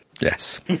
Yes